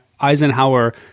Eisenhower